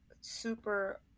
super